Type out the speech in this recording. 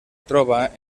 troba